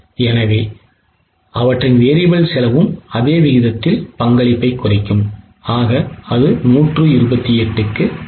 எனவே அவற்றின் variable செலவும் அதே விகிதத்தில் பங்களிப்பைக் குறைக்கும் ஆக 128 க்கு வரும்